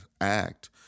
act